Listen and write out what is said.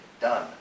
done